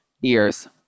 years